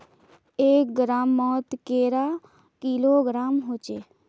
एक ग्राम मौत कैडा किलोग्राम होचे?